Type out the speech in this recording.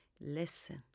listen